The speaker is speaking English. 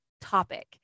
topic